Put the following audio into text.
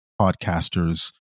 podcasters